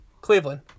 Cleveland